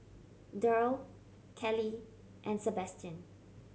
Derl Callie and Sabastian